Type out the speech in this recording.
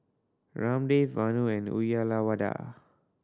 Ramdev Vanu and Uyyalawada